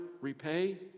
repay